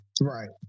Right